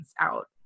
out